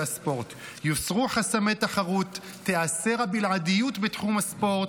הספורט: יוסרו חסמי תחרות ותיאסר הבלעדיות בתחום הספורט,